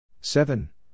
Seven